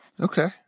Okay